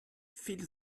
viele